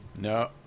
No